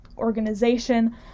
organization